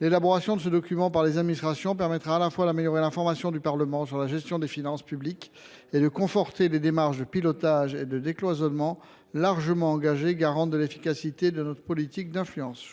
L’élaboration de ce document par les administrations contribuera à améliorer l’information du Parlement sur la gestion des finances publiques et à conforter les démarches de pilotage et de décloisonnement largement engagées, garantes de l’efficacité de notre politique d’influence.